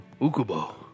Ukubo